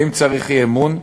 ואם צריך אי-אמון,